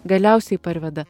galiausiai parveda